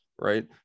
right